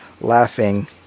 laughing